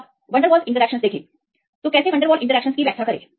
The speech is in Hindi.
तो अब वनडेरवाल्स इंटरैक्शन देखें तो कैसे वनडेरवाल्स इंटरैक्शन की व्याख्या करे